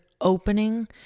opening